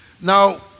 now